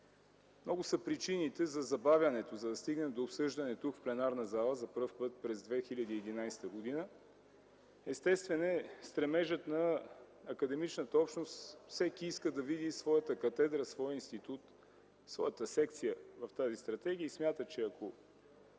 Много са причините за забавянето, за да стигне до обсъждане тук в пленарната зала за пръв път през 2011 г. Естествен е стремежът на академичната общност. Всеки иска да види своята катедра, своя институт, своята секция в тази стратегия и смята, че ако